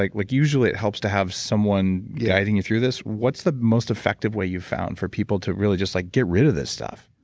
like like usually it helps to have someone guiding you through this. what's the most effective way you found for people to really just like get rid of this stuff?